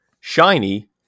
Shiny